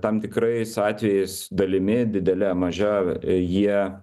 tikrais atvejais dalimi didele maža jie